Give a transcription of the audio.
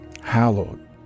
hallowed